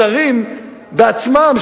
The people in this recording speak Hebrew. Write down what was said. השרים עצמם,